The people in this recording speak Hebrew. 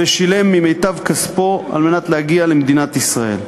ושילם ממיטב כספו על מנת להגיע למדינת ישראל.